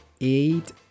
eight